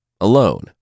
alone